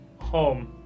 home